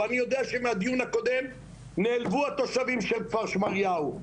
ואני יודע שמהדיון הקודם נעלבו התושבים של כפר שמריהו,